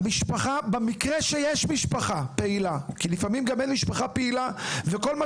במקרה שיש משפחה פעילה, כי לפעמים גם אין, כל מה